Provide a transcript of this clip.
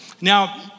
Now